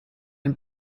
and